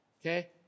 Okay